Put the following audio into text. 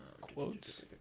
Quotes